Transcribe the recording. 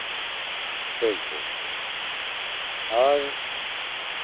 ठीक ठीक ठीक और